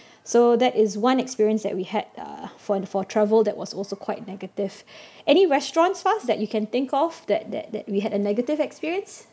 so that is one experience that we had uh for for travel that was also quite negative any restaurants Faz that you can think of that that that we had a negative experience